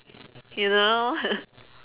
you know